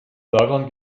daran